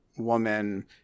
Woman